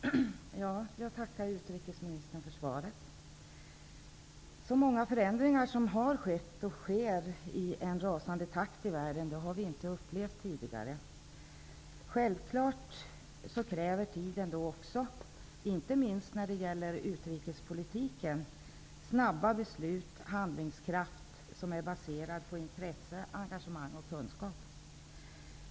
Herr talman! Jag tackar utrikesministern för svaret. Så många förändringar som har skett och som nu sker i en rasande takt i världen har vi tidigare inte upplevt. Självfallet kräver tiden därför, inte minst av utrikespolitiken, snabba beslut och handlingskraft baserad på intresse, engagemang och kunskap.